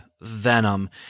Venom